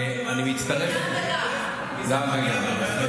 כתבתי לו גם תגובה.